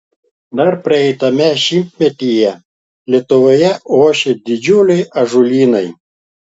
dar praeitame šimtmetyje lietuvoje ošė didžiuliai ąžuolynai